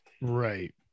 Right